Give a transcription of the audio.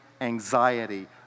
anxiety